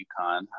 UConn